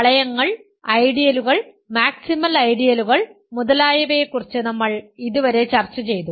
വളയങ്ങൾ ഐഡിയലുകൾ മാക്സിമൽ ഐഡിയലുകൾ മുതലായവയെക്കുറിച്ച് നമ്മൾ ഇതുവരെ ചർച്ച ചെയ്തു